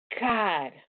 God